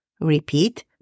Repeat